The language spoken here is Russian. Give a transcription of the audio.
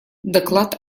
доклад